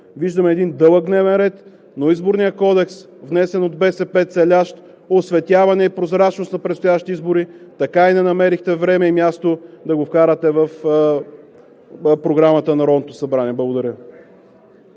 Виждаме един дълъг дневен ред, но Изборният кодекс – внесен от БСП, целящ осветяване и прозрачност на предстоящите избори, така и не намерихте време и място да го вкарате в Програмата на Народното събрание. Благодаря